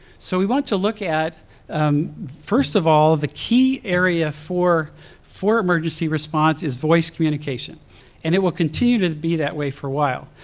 so we want to look at first of all the key area for for emergency response is voice communication and it will continue to be that way for a while.